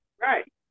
Right